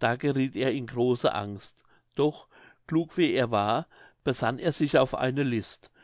da gerieth er in große angst doch klug wie er war besann er sich auf eine list